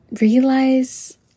realize